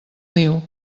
niu